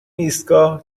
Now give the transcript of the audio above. ایستگاه